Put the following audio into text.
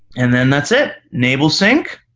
and then that's it! enable sync.